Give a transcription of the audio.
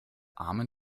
armen